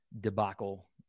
debacle